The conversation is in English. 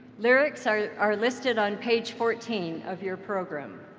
lyrics are are listed on page fourteen of your program.